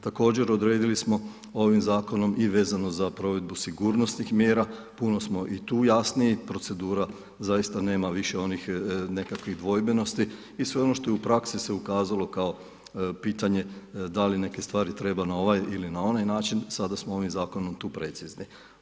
Također odredili smo ovim zakonom i vezano za provedbu sigurnosnih mjera, puno smo i tu jasniji, procedura zaista nema više onih nekakvih dvojbenosti i sve ono što je u praksi se ukazalo kao pitanje da li neke stvari treba na ovaj ili na onaj način sada smo ovim zakonom tu precizni.